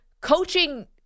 coaching